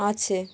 আছে